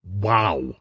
wow